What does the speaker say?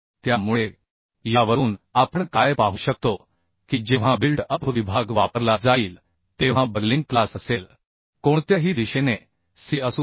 त्यामुळे यावरून आपण काय पाहू शकतो की जेव्हा बिल्ट अप विभाग वापरला जाईल तेव्हा बकलिंग क्लास असेल कोणत्याही दिशेने C असू द्या